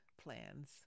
plans